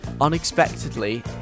unexpectedly